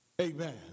Amen